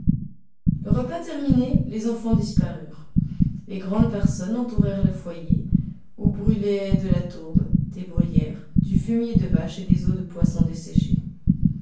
repas terminé les enfants disparurent les grandes personnes entourèrent le foyer où brûlaient de la tourbe des bruyères du fumier de vache et des os de poissons desséchés